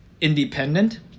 independent